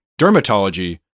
dermatology